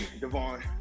Devon